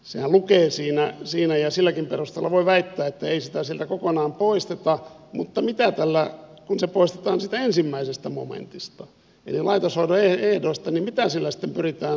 sehän lukee siinä ja silläkin perusteella voi väittää että ei sitä sieltä kokonaan poisteta mutta kun se poistetaan siitä ensimmäisestä momentista niistä laitoshoidon ehdoista niin mitä sillä sitten pyritään saavuttamaan